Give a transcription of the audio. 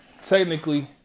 Technically